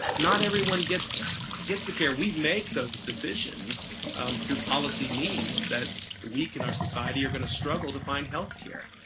not everyone get this gets the care we make those decisions um through policy means that we can our society are going to struggle to find health care.